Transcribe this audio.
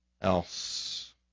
else